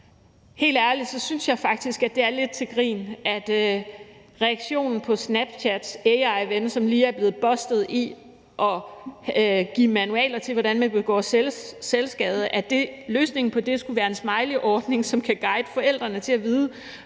Helt ærligt synes jeg faktisk, at det er lidt til grin, at løsningen på Snapchats AI-ven, som lige er blevet afsløret i at give manualer til, hvordan man begår selvskade, skulle være en smileyordning, som kan guide forældrene i forhold